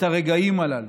את הרגעים הללו.